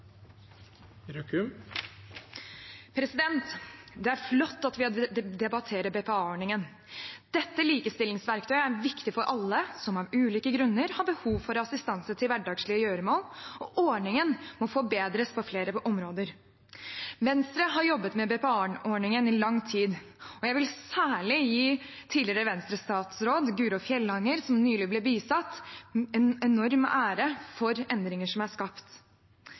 til. Det er flott at vi debatterer BPA-ordningen. Dette likestillingsverktøyet er viktig for alle som av ulike grunner har behov for assistanse til hverdagslige gjøremål, og ordningen må forbedres på flere områder. Venstre har jobbet med BPA-ordningen i lang tid, og jeg vil særlig gi tidligere Venstre-statsråd Guro Fjellanger, som nylig ble bisatt, en enorm ære for endringer som er skapt.